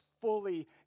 fully